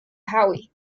howie